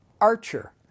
archer